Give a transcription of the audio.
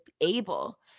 able